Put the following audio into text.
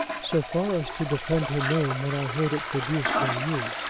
so far as to defend her name when i heard it traduced by you.